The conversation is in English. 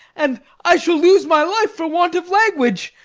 and i shall lose my life for want of language.